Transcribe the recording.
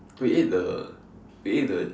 we ate the we ate the